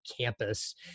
campus